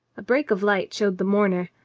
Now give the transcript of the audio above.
a break of light showed the mourner.